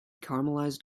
caramelized